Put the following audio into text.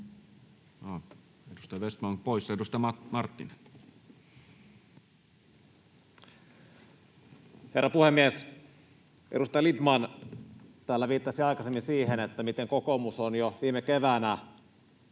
Edustaja Vestman on poissa. — Edustaja Marttinen. Herra puhemies! Edustaja Lindtman täällä viittasi aikaisemmin siihen, miten kokoomus on jo viime keväänä